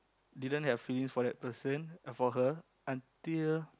didn't have feelings for that person uh for her until